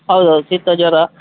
ಹೌದು ಹೌದು ಶೀತ ಜ್ವರ